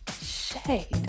shade